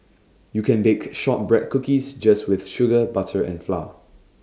you can bake Shortbread Cookies just with sugar butter and flour